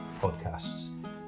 podcasts